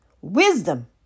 wisdom